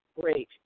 great